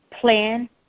plan